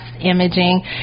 imaging